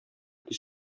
тиз